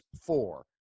four